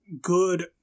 good